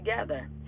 together